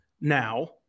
Now